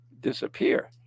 disappear